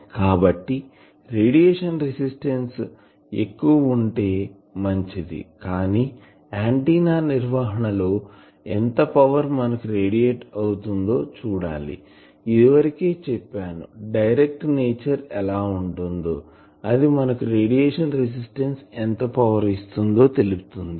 కాబట్టి radiation resistance ఎక్కువ ఉంటే మంచిదికానీ ఆంటిన్నా నిర్వహణ లో ఎంత పవర్ మనకు రేడియేట్ అవుతుందో చూడాలి ఇదివరకే చెప్పను డైరేక్ట్డ్ నేచర్ ఎలా ఉంటుందో అది మనకు రేడియేషన్ రెసిస్టన్స్ ఎంత పవర్ ఇస్తుందో తెలుపుతుంది